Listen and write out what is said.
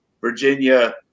Virginia